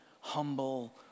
humble